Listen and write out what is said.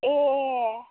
ए